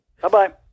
Bye-bye